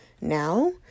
now